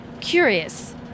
curious